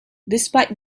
despite